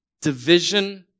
division